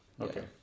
Okay